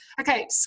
Okay